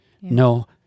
no